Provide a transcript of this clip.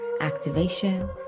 activation